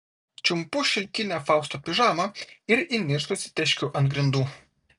čiumpu šilkinę fausto pižamą ir įniršusi teškiu ant grindų